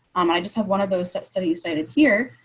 um i just have one of those sets study you stated here,